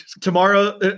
tomorrow